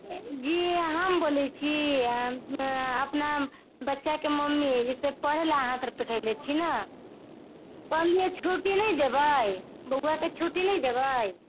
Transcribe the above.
जी हम बोलैत छी अपना बच्चाके मम्मी जे छै पढ़ै लय अहाँ एतऽ पठेने छी ने कहलियै छुट्टी नहि देबै बौआके छुट्टी नहि देबै